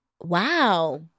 wow